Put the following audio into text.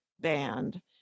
band